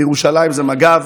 בירושלים זה מג"ב,